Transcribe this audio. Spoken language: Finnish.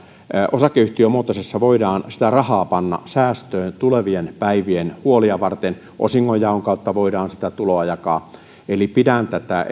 osakeyhtiömuodossa voidaan sitä rahaa panna säästöön tulevien päivien huolia varten osingonjaon kautta voidaan sitä tuloa jakaa eli pidän tätä